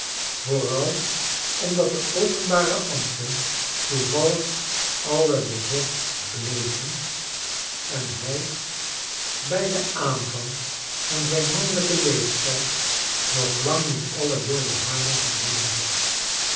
vooral omdat de openbare ambten toevallig alle bezet bleven en hij bij den aanvang van zijn mannelijken leeftijd nog lang niet alle wilde haren verloren had